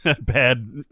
bad